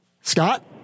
Scott